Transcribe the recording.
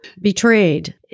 betrayed